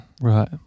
Right